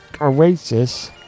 Oasis